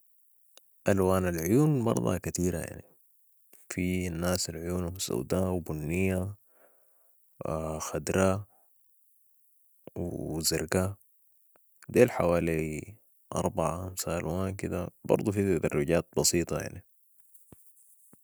الوان العيون برضا كتيرة يعني، في الناس العيونهم سوداء أو بنية خضراء و زرقاء، ديل حوالي أربعة خمسة ألوان كدة برضو في تدرجات بسيطة.